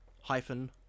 hyphen